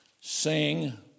Sing